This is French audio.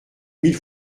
mille